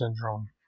syndrome